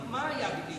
מה היה בדיוק?